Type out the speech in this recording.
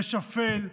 זה שפל,